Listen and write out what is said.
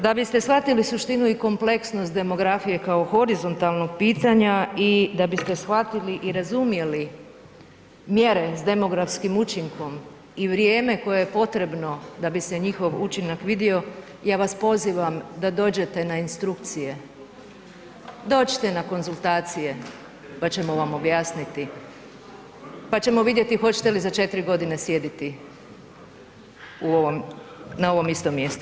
Da biste shvatili suštinu i kompleksnost demografije kao horizontalnog pitanja i da biste shvatili i razumjeli mjere s demografskim učinkom i vrijeme koje je potrebno da bi se njihov učinak vidio, ja vas pozivam da dođete na instrukcije, dođite na konzultacije, pa ćemo vam objasniti, pa ćemo vidjeti hoćete li za 4.g. sjediti u ovom, na ovom istom mjestu.